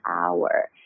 hour